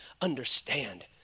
understand